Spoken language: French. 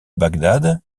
bagdad